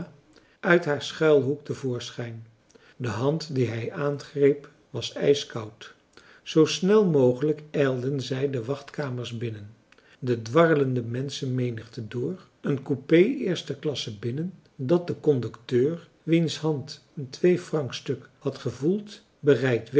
uit haar schuilhoek te voorschijn de hand die hij aangreep was ijskoud zoo snel mogelijk ijlden zij de wachtkamers binnen de dwarrelende menschenmenigte door een coupé eerste klasse binnen dat de conducteur wiens hand een tweefrankstuk had gevoeld bereidwillig